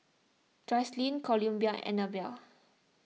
Jocelyne Columbia and Annabelle